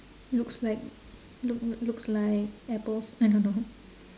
looks like look looks like apples I don't know